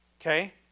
Okay